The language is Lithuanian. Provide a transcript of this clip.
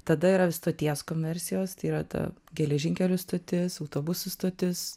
tada yra stoties konversijos tai yra ta geležinkelio stotis autobusų stotis